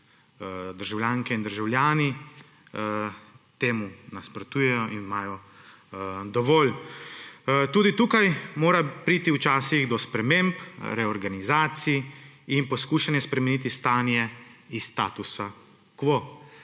Državljanke in državljani temu nasprotujejo, imajo dovolj. Tudi tukaj mora priti včasih do sprememb, reorganizacij in poskusiti spremeniti stanje iz statusa quo.